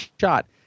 shot